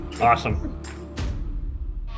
Awesome